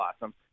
awesome